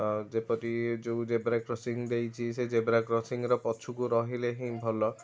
ଅ ଯେପରି ଯେଉଁ ଜେବ୍ରା କ୍ରସିଂଗ ଦେଇଛି ସେଇ ଜେବ୍ରା କ୍ରସିଂଗ ର ପଛକୁ ରହିଲେ ହିଁ ଭଲ